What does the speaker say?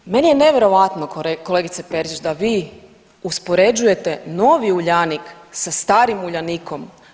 238. meni je nevjerojatno kolegice Perić da vi uspoređujete novi Uljanik sa starim Uljanikom.